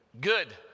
Good